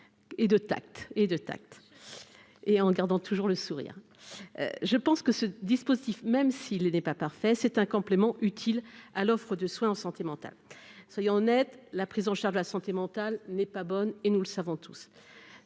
et de tact et de tact et en gardant toujours le sourire, je pense que ce dispositif, même s'il n'est pas parfait c'est un complément utile à l'offre de soins en santé mentale, soyons honnêtes, la prise en charge de la santé mentale n'est pas bonne et nous le savons tous